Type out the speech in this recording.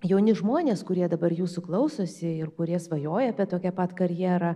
jauni žmonės kurie dabar jūsų klausosi ir kurie svajoja apie tokią pat karjerą